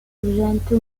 presente